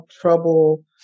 trouble